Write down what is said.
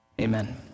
Amen